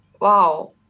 wow